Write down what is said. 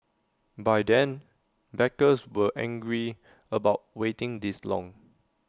by then backers were angry about waiting this long